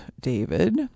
David